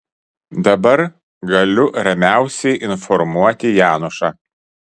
dabar galiu ramiausiai informuoti janušą